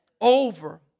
over